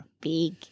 Big